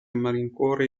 malincuore